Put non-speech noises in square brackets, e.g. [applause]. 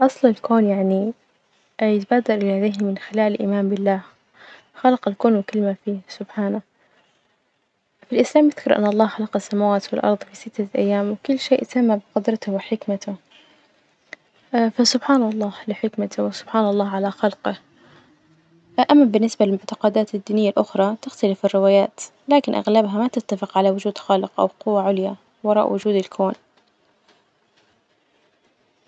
أصل الكون يعني يتبادر لديه من خلال الإيمان بالله، خلق الكون وكل ما فيه سبحانه، الإسلام يذكر أن الله خلق السماوات والأرض في ستة أيام، وكل شيء سمى بقدرته وحكمته [hesitation] فسبحان الله لحكمته وسبحان الله على خلقه، أما بالنسبة للمعتقدات الدينية الأخرى تختلف الروايات، لكن أغلبها ما تتفق على وجود خالق أو قوة عليا وراء وجود الكون.